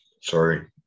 sorry